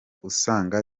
uzasanga